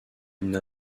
une